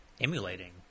emulating